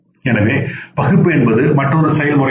எனவே பகுப்பு என்பது மற்றொரு செயல்முறையாகும்